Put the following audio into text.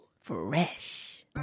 Fresh